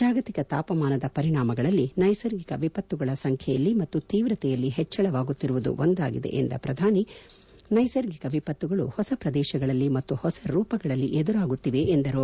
ಜಾಗತಿಕ ತಾಪಮಾನದ ಪರಿಣಾಮಗಳಲ್ಲಿ ನೈಸರ್ಗಿಕ ವಿಪತ್ತುಗಳ ಸಂಖ್ಯೆಯಲ್ಲಿ ಮತ್ತು ತೀವ್ರತೆಯಲ್ಲಿ ಹೆಚ್ಚಳವಾಗುತ್ತಿರುವುದು ಒಂದಾಗಿದೆ ಎಂದ ಪ್ರಧಾನಿ ಮೋದಿ ನ್ವೆಸರ್ಗಿಕ ವಿಪತ್ತುಗಳು ಹೊಸ ಪ್ರದೇಶಗಳಲ್ಲಿ ಮತ್ತು ಹೊಸ ರೂಪಗಳಲ್ಲಿ ಎದುರಾಗುತ್ತಿವೆ ಎಂದರು